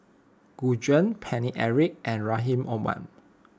Gu Juan Paine Eric and Rahim Omar